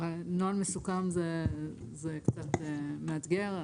נוהל מסוכם זה קצת מאתגר,